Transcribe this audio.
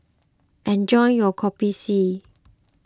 enjoy your Kopi C